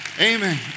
Amen